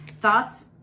Thoughts